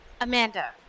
Amanda